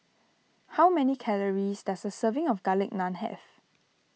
how many calories does a serving of Garlic Naan have